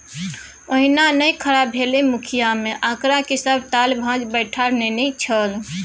ओहिना नै खड़ा भेलै मुखिय मे आंकड़ाक सभ ताल भांज बैठा नेने छल